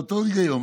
אותו היגיון.